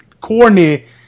corny